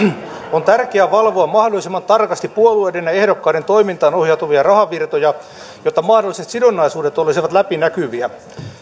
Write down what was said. on tärkeää valvoa mahdollisimman tarkasti puolueiden ja ehdokkaiden toimintaan ohjautuvia rahavirtoja jotta mahdolliset sidonnaisuudet olisivat läpinäkyviä